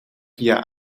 via